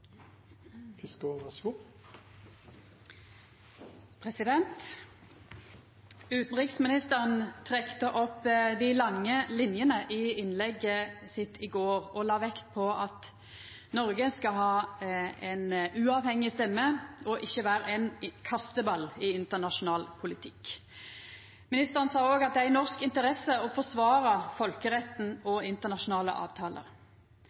opp dei lange linjene og la vekt på at Noreg skal ha ei uavhengig stemme og ikkje vera ein kasteball i internasjonal politikk. Ministeren sa òg at det er i norsk interesse å forsvara folkeretten og internasjonale avtaler.